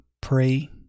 pray